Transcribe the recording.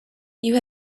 you